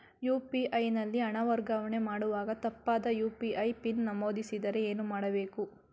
UPI ನಲ್ಲಿ ಹಣ ವರ್ಗಾವಣೆ ಮಾಡುವಾಗ ತಪ್ಪಾದ ಯು.ಪಿ.ಐ ಪಿನ್ ನಮೂದಿಸಿದರೆ ಏನು ಮಾಡಬೇಕು?